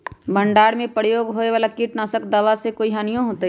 भंडारण में प्रयोग होए वाला किट नाशक दवा से कोई हानियों होतै?